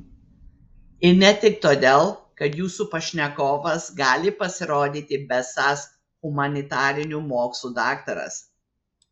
ir ne tik todėl kad jūsų pašnekovas gali pasirodyti besąs humanitarinių mokslų daktaras